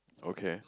okay